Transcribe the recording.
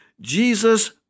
Jesus